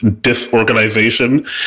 disorganization